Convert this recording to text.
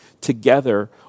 together